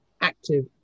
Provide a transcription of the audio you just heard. active